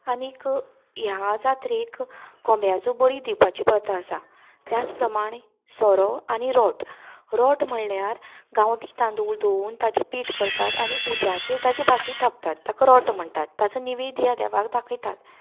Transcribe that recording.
आनीक ह्या जात्रेक कोंब्याचो बळी दिवपाचो प्रथा आसा त्याच प्रमाण सोरो आनी रोंट रोंट म्हणल्यार गांवठी तांदूळ धुवन ताचें पीट करतात आनी उज्याचे ताची भाकरी थापतात ताका रोंट म्हणटात ताचो निवेद्द ह्या देवाक दाखयतात